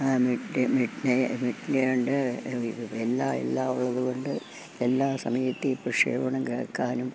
midday ഉണ്ട് എല്ലാമുള്ളതുകൊണ്ട് എല്ലാ സമയത്തെയും പ്രക്ഷേപണം കേൾക്കാനും